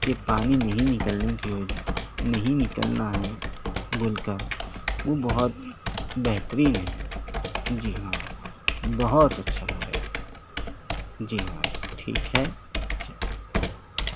کہ پانی نہیں نکلنے کی وجہ نہیں نکلنا ہے بول کر وہ بہت بہترین ہے جی ہاں بہت اچھا ہے جی ہاں ٹھیک ہے چلیے